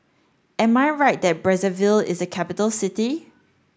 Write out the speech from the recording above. am I right that Brazzaville is a capital city